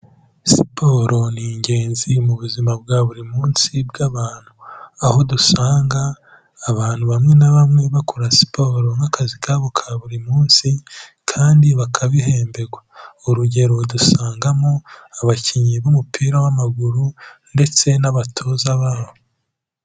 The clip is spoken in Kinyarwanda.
Siporo ni ingenzi mu buzima bwa buri munsi bw'abantu, aho dusanga abantu bamwe na bamwe bakora siporo nk'akazi kabo ka buri munsi kandi bakabihemberwa. Urugero dusangamo abakinnyi b'umupira w'amaguru ndetse n'abatoza baho.